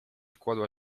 kładła